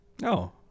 No